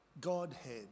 Godhead